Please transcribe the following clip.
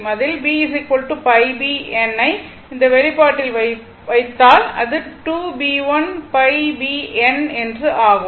அதில் b π b n ஐ இந்த வெளிப்பாட்டில் வைத்தால் அது 2 Bl π B n என்று ஆகும்